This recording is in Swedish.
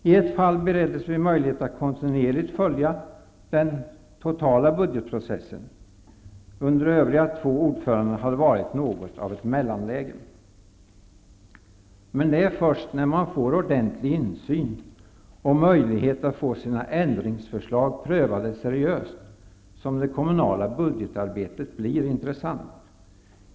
I ett fall bereddes vi möjlighet att kontinuerligt följa den totala budgetprocessen. Perioden under de två övriga ordförandena har varit något av ett mellanläge. Det är först när man får ordentlig insyn och möjlighet att få sina ändringsförslag prövade seriöst som det kommunala budgetarbetet blir intressant.